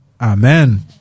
Amen